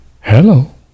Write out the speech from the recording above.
Hello